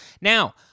Now